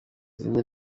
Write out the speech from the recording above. izindi